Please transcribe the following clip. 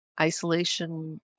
isolation